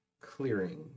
clearing